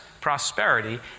prosperity